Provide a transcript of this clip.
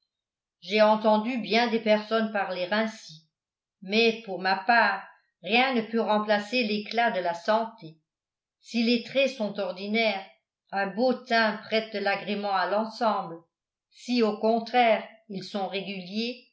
j'ai entendu bien des personnes parler ainsi mais pour ma part rien ne peut remplacer l'éclat de la santé si les traits sont ordinaires un beau teint prête de l'agrément à l'ensemble si au contraire ils sont réguliers